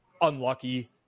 unlucky